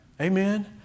Amen